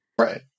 Right